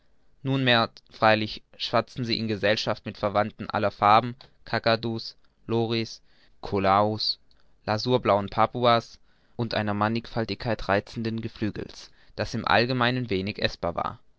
nunmehr freilich schwatzten sie in gesellschaft mit verwandten aller farben kakadus loris kolaos lasurblauen papuas und einer mannigfaltigkeit reizenden geflügels das im allgemeinen wenig eßbar war